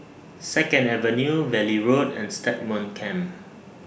Second Avenue Valley Road and Stagmont Camp